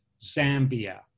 Zambia